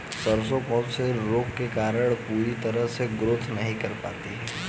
सरसों कौन से रोग के कारण पूरी तरह ग्रोथ नहीं कर पाती है?